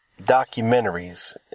documentaries